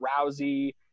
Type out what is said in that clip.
Rousey